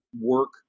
work